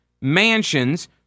mansions